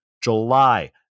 July